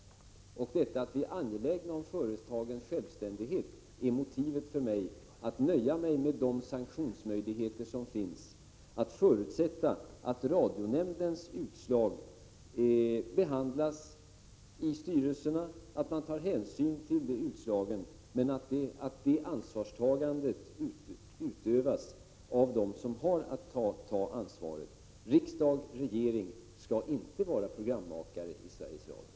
Det är just detta att vi är angelägna om företagens självständighet som är motivet för mig att nöja mig med de sanktionsmöjligheter som finns och förutsätta att radionämndens utslag behandlas i styrelserna och att man tar hänsyn till de utslagen. Det ansvarstagandet skall utövas av dem som har att ta ansvaret. Riksdag och regering skall inte vara programmakare i Sveriges Radio.